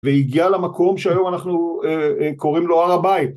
והגיע למקום שהיום אנחנו קוראים לו הר הבית